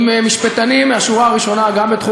עם משפטנים מהשורה הראשונה גם בתחום